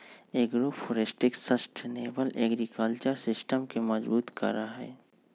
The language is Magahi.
एग्रोफोरेस्ट्री सस्टेनेबल एग्रीकल्चर सिस्टम के मजबूत करा हई